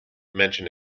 mention